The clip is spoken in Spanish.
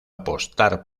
apostar